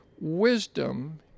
wisdom